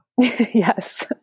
Yes